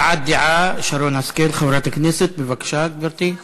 הבעת דעה של שרון השכל, חברת הכנסת, בבקשה, גברתי.